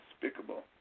despicable